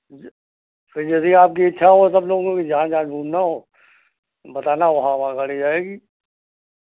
तो यदि आपकी इच्छा हो सब लोगों की जहाँ जहाँ घूमना हो बताना वँहा वँहा गाड़ी जाएगी